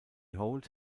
holt